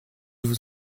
vous